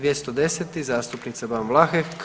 210. zastupnica Ban Vlahek.